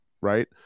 right